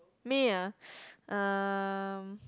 me ah um